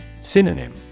Synonym